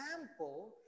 example